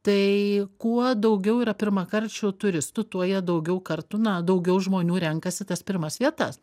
tai kuo daugiau yra pirmakarčių turistų tuo jie daugiau kartų na daugiau žmonių renkasi tas pirmas vietas